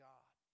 God